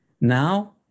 Now